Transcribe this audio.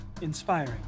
inspiring